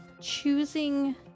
choosing